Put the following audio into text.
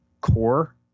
core